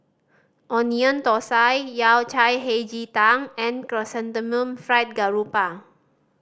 Onion Thosai Yao Cai Hei Ji Tang and Chrysanthemum Fried Garoupa